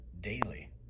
daily